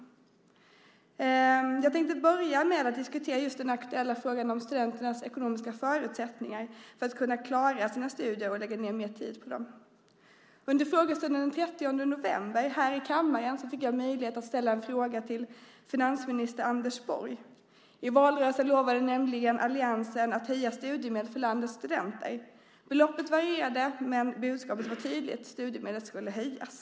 Jag tänkte börja med att diskutera den aktuella frågan om studenternas ekonomiska förutsättningar för att kunna klara sina studier och lägga ned mer tid på dem. Under frågestunden den 30 november här i kammaren fick jag möjlighet att ställa en fråga till finansminister Anders Borg. I valrörelsen lovade nämligen alliansen att höja studiemedlet för landets studenter. Beloppet varierade, men budskapet var tydligt: studiemedlet skulle höjas.